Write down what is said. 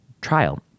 trial